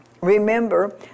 Remember